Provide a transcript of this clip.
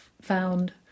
found